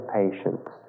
patience